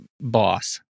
boss